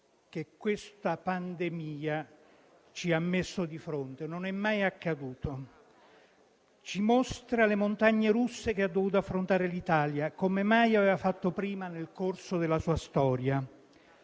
che questa pandemia ci ha messo di fronte. Ripeto, non è mai accaduto, e ci mostra le montagne russe che ha dovuto affrontare l'Italia, come mai aveva fatto prima nel corso della sua storia.